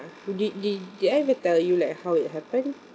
did did did I ever tell you like how it happened